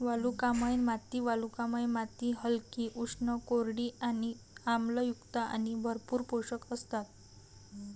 वालुकामय माती वालुकामय माती हलकी, उष्ण, कोरडी आणि आम्लयुक्त आणि भरपूर पोषक असतात